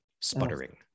sputtering